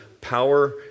power